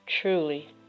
Truly